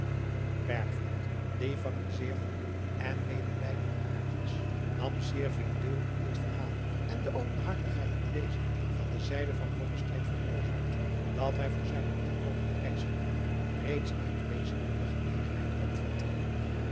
die van een zeer goeden en medelijdenden aard was nam zeer veel deel in dit verhaal en de openhartigheid in dezen van de zijde van blommesteyn veroorzaakte dat hij voor zijnen toekomenden reisgenoot reeds eene wezenlijke genegenheid